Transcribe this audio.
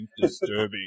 disturbing